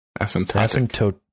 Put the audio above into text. asymptotic